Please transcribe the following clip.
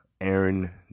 Aaron